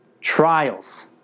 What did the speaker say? trials